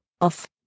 Off